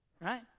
Right